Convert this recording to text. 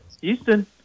Houston